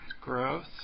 Growth